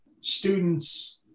students